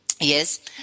Yes